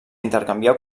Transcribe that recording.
intercanviar